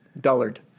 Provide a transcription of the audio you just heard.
Dullard